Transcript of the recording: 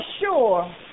sure